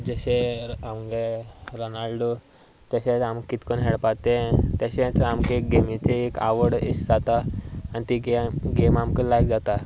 जशें आमचे रॉनाल्डो तशेंच आम कितें करून खेळपा तें तशेंच आमकां एक गेमीची एक आवड अशी जाता आनी ती गेम आमकां लायक जाता